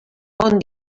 bon